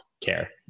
care